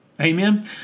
Amen